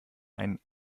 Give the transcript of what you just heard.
einen